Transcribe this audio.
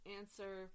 answer